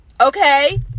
Okay